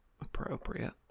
appropriate